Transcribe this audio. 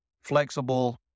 flexible